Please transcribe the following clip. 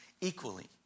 equally